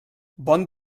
bon